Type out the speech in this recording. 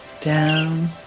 down